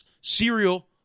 cereal